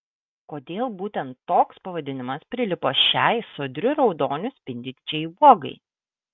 kodėl būtent toks pavadinimas prilipo šiai sodriu raudoniu spindinčiai uogai